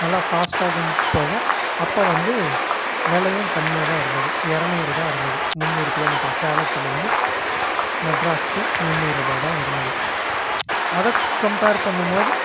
நல்ல ஃபாஸ்ட்டாகுவும் போகும் அப்போ வந்து விலையும் கம்மியாகதான் இருந்தது இரநூறுதான் இருந்தது முந்நூறு கிலோமீட்டர்ஸ் சேலத்திலர்ந்து மெட்ராஸுக்கு முந்நூறுபாதான் இருந்தது அதை கம்ப்பேர் பண்ணும்போது